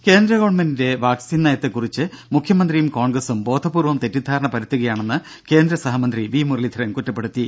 രുര കേന്ദ്ര ഗവൺമെന്റിന്റെ വാക്സിൻ നയത്തെ കുറിച്ച് മുഖ്യമന്ത്രിയും കോൺഗ്രസും ബോധപൂർവം തെറ്റിദ്ധാരണ പരത്തുകയാണെന്ന് കേന്ദ്ര സഹമന്ത്രി വി മുരളീധരൻ പറഞ്ഞു